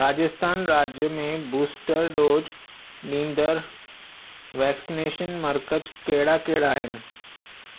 राजस्थान राज्य में booster dose ॾींदड़ वैक्सनेशन मर्कज़ कहिड़ा कहिड़ा आहिनि